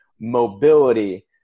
mobility